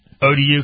ODU